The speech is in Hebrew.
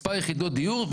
מספר יחידות דיור,